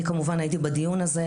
אני כמובן הייתי בדיון הזה,